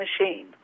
machine